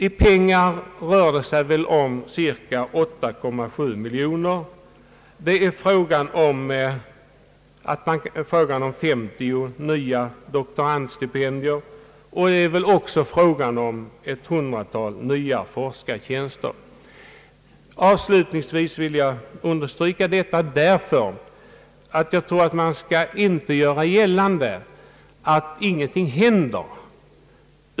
I pengar rör det sig om cirka 8,7 miljoner kronor, och det är fråga om 50 nya doktorandstipendier och ett 100-tal nya forskartjänster. Avslutningsvis vill jag understryka detta. Jag tror nämligen inte att man skall försöka göra gällande att ingenting händer.